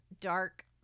dark